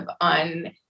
on